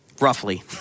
roughly